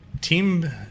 team